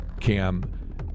Cam